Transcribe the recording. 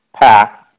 pack